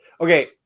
Okay